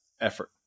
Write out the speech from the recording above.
effort